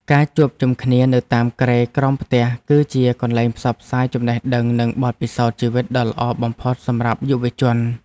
ការជួបជុំគ្នានៅតាមគ្រែក្រោមផ្ទះ គឺជាកន្លែងផ្សព្វផ្សាយចំណេះដឹងនិងបទពិសោធន៍ជីវិតដ៏ល្អបំផុតសម្រាប់យុវជន។